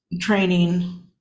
training